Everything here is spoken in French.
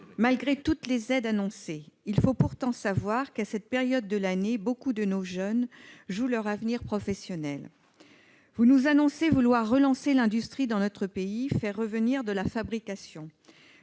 malgré les aides qui ont été annoncées. Il faut pourtant savoir qu'à cette période de l'année beaucoup de nos jeunes jouent leur avenir professionnel. Vous affirmez vouloir relancer l'industrie dans notre pays et y faire revenir des activités